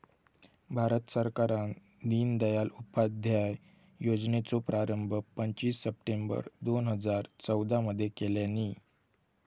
भारत सरकारान दिनदयाल उपाध्याय योजनेचो प्रारंभ पंचवीस सप्टेंबर दोन हजार चौदा मध्ये केल्यानी